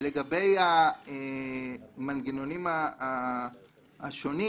לגבי המנגנונים השונים